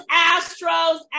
Astros